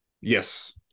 Yes